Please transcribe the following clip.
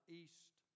east